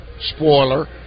spoiler